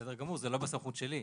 בסדר גמור, זה לא בסמכות שלי.